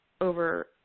over